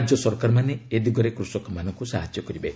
ରାଜ୍ୟ ସରକାରମାନେ ଏ ଦିଗରେ କୃଷକମାନଙ୍କୁ ସାହାଯ୍ୟ କରିବେ